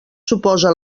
suposa